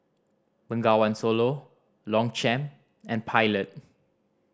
Bengawan Solo Longchamp and Pilot